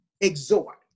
exhort